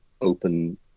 Open